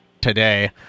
today